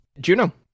Juno